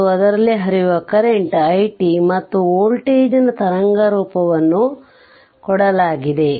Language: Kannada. ಮತ್ತು ಅದರಲ್ಲಿ ಹರಿಯುವ ಕರೆಂಟ್ i t ಮತ್ತು ವೋಲ್ಟೇಜ್ ನ ತರಂಗರೂಪವನ್ನು ಕೊಡಲಾಗಿದೆ